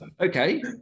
Okay